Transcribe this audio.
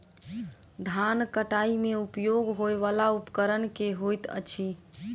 धान कटाई मे उपयोग होयवला उपकरण केँ होइत अछि?